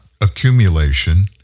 accumulation